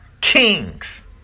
kings